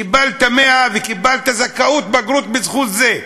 קיבלת 100 וקיבלת זכאות לבגרות בזכות זה,